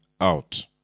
out